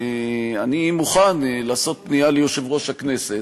אני מוכן לעשות פנייה ליושב-ראש הכנסת,